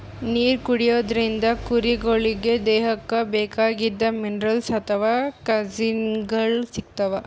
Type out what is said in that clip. ನೀರ್ ಕುಡಿಯೋದ್ರಿಂದ್ ಕುರಿಗೊಳಿಗ್ ದೇಹಕ್ಕ್ ಬೇಕಾಗಿದ್ದ್ ಮಿನರಲ್ಸ್ ಅಥವಾ ಖನಿಜಗಳ್ ಸಿಗ್ತವ್